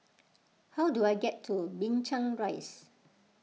how do I get to Binchang Rise